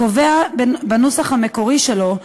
קובע בנוסח המקורי שלו,